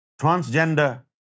transgender